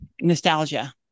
nostalgia